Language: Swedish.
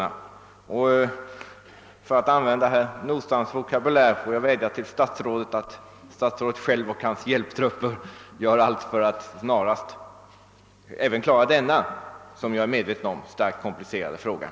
Jag vill, för att använda herr Nordstrandhs vokabulär, vädja till statsrådet att han själv och hans hjälptrupper gör allt för att snarast klara upp denna som jag är medveten om mycket komplicerade sak.